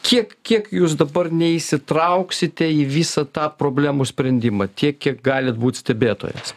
kiek kiek jūs dabar neįsitrauksite į visą tą problemų sprendimą tiek kiek galit būt stebėtojas